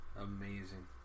Amazing